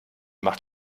macht